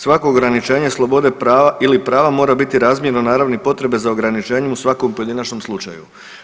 Svako ograničenje slobode ili prava mora biti razmjerno naravi potrebe za ograničenjem u svakom pojedinačnom slučaju.